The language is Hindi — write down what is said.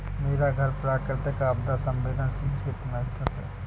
मेरा घर प्राकृतिक आपदा संवेदनशील क्षेत्र में स्थित है